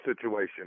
situation